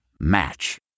match